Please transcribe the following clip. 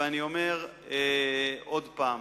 ואני אומר עוד פעם,